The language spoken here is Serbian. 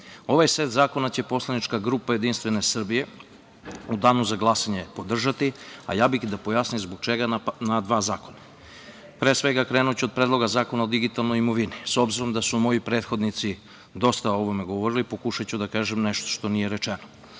set zakona će poslanička grupa Jedinstvene Srbije u danu za glasanje podržati, a ja bih da pojasnim zbog čega na dva zakona. Pre svega krenuću od Predloga zakona o digitalnoj imovini. S obzirom da su moji prethodnici dosta o ovome govorili, pokušaću da kažem nešto što nije rečeno.